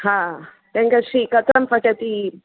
रङ्गश्री कथं पठति